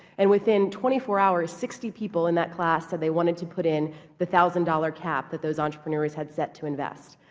and within twenty four hours sixty people in that class said they wanted to put in the one thousand dollars cap that those entrepreneurs had set to invest.